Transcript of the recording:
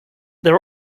there